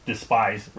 Despise